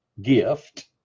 gift